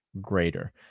greater